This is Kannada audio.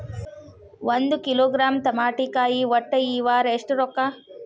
ಒಂದ್ ಕಿಲೋಗ್ರಾಂ ತಮಾಟಿಕಾಯಿ ಒಟ್ಟ ಈ ವಾರ ಎಷ್ಟ ರೊಕ್ಕಾ?